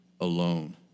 alone